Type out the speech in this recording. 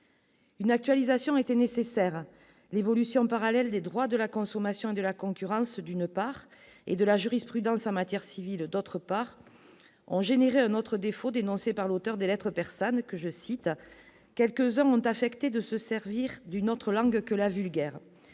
Une actualisation était nécessaire l'évolution parallèle des droits de la consommation, de la concurrence d'une part et de la jurisprudence en matière civile, d'autre part, ont généré un autre défaut dénoncé par l'auteur des Lettres persanes que je cite quelques heurts ont affecté de se servir d'une autre langue que la vulgaire